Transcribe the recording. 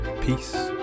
peace